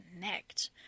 connect